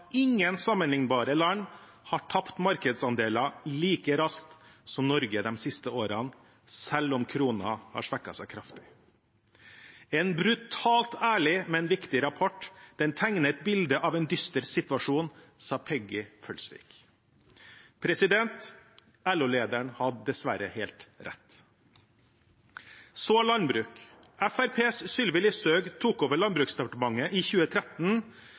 ingen sammenlignbare land har tapt markedsandeler like raskt som Norge de siste årene, selv om krona har svekket seg kraftig. – En brutalt ærlig, men viktig rapport. Den tegner et bilde av en dyster situasjon, sa Peggy Følsvik. LO-lederen hadde dessverre helt rett. Så til landbruk: Fremskrittspartiets Sylvi Listhaug tok over Landbruksdepartementet i 2013.